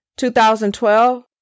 2012